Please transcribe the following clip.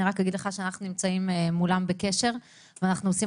אני רק אגיד לך שאנחנו נמצאים מולם בקשר ואנחנו עושים